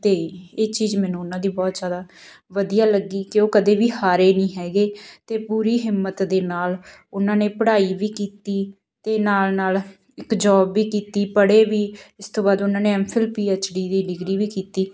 ਅਤੇ ਇਹ ਚੀਜ਼ ਮੈਨੂੰ ਉਹਨਾਂ ਦੀ ਬਹੁਤ ਜ਼ਿਆਦਾ ਵਧੀਆ ਲੱਗੀ ਕਿ ਉਹ ਕਦੇ ਵੀ ਹਾਰੇ ਨਹੀਂ ਹੈਗੇ ਅਤੇ ਪੂਰੀ ਹਿੰਮਤ ਦੇ ਨਾਲ ਉਹਨਾਂ ਨੇ ਪੜ੍ਹਾਈ ਵੀ ਕੀਤੀ ਤੇ ਨਾਲ ਨਾਲ ਇੱਕ ਜੋਬ ਵੀ ਕੀਤੀ ਪੜ੍ਹੇ ਵੀ ਇਸ ਤੋਂ ਬਾਅਦ ਉਹਨਾਂ ਨੇ ਐੱਮਫਿਲ ਪੀਐੱਚਡੀ ਦੀ ਡਿਗਰੀ ਵੀ ਕੀਤੀ